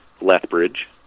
Lethbridge